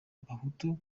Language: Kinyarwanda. abahutu